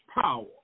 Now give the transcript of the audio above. power